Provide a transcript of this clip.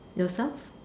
yourself